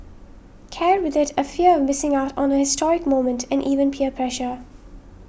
carried with it a fear of missing out on a historic moment and even peer pressure